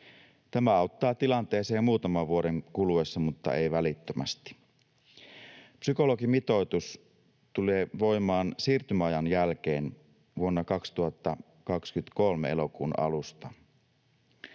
Tämä auttaa tilanteeseen muutaman vuoden kuluessa, mutta ei välittömästi. Psykologimitoitus tulee voimaan siirtymäajan jälkeen elokuun alusta